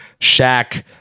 Shaq